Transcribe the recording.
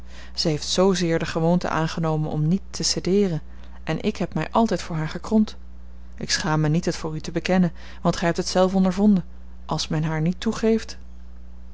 zij heeft zoozeer de gewoonte aangenomen om niet te cedeeren en ik heb mij altijd voor haar gekromd ik schaam mij niet het voor u te bekennen want gij hebt het zelf ondervonden als men haar niet toegeeft